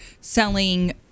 selling